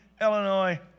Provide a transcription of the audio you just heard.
Illinois